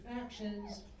factions